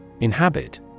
Inhabit